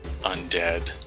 undead